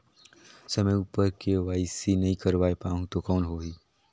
समय उपर के.वाई.सी नइ करवाय पाहुं तो कौन होही?